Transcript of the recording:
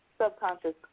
subconscious